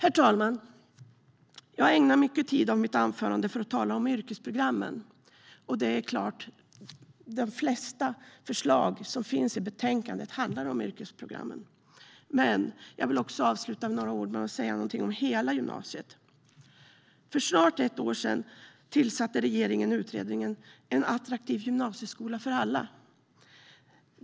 Jag har ägnat mycket tid av mitt anförande för att tala om yrkesprogrammen. De flesta förslag som finns i betänkandet handlar om yrkesprogrammen. Men jag vill avsluta med att säga några ord om hela gymnasiet. För snart ett år sedan tillsatte regeringen utredningen En attraktiv gymnasie utbildning för alla .